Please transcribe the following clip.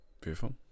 beautiful